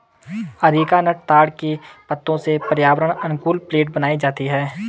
areca nut ताड़ के पत्तों से पर्यावरण अनुकूल प्लेट बनाई जाती है